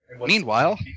Meanwhile